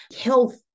health